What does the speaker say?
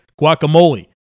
guacamole